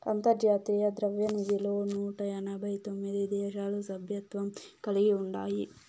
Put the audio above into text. అంతర్జాతీయ ద్రవ్యనిధిలో నూట ఎనబై తొమిది దేశాలు సభ్యత్వం కలిగి ఉండాయి